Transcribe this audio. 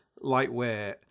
lightweight